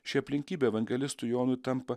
ši aplinkybė evangelistui jonui tampa